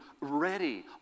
ready